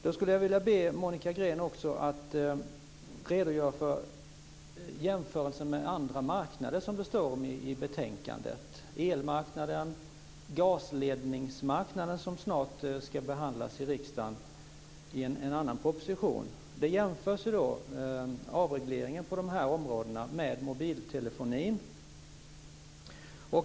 Då skulle jag vilja be Monica Green att också redogöra för jämförelsen med andra marknader, som det talas om i betänkandet - elmarknaden, gasledningsmarknaden, som snart ska behandlas i riksdagen i en annan proposition. När det gäller avregleringen på dessa områden jämför man ju med mobiltelefonin.